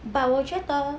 but 我觉得